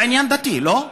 אבל עניין דתי, לא?